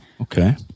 Okay